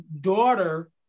daughter